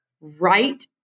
right